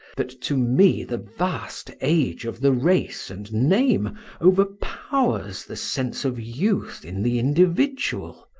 that to me the vast age of the race and name overpowers the sense of youth in the individual.